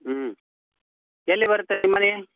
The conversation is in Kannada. ಹ್ಞೂ ಎಲ್ಲಿ ಬರುತ್ತೆ ನಿಮ್ಮ ಮನೆ